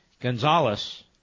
Gonzalez